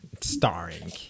starring